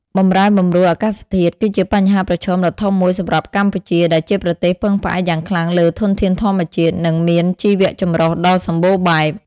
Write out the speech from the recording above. បម្រែបម្រួលអាកាសធាតុគឺជាបញ្ហាប្រឈមដ៏ធំមួយសម្រាប់កម្ពុជា ដែលជាប្រទេសពឹងផ្អែកយ៉ាងខ្លាំងលើធនធានធម្មជាតិ និងមានជីវចម្រុះដ៏សម្បូរបែប។